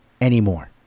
anymore